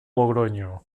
logronyo